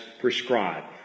prescribed